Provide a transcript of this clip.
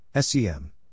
SEM